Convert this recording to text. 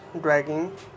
dragging